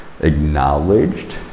acknowledged